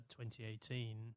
2018